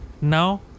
now